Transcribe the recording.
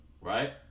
right